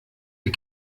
ihr